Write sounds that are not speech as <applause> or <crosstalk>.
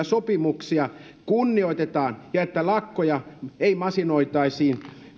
<unintelligible> sopimuksia kunnioitetaan ja että lakkoja ei masinoitaisi